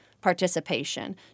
participation